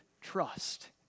trust